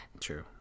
true